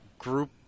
Group